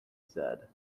said